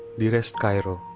dearest cairo,